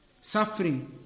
Suffering